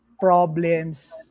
problems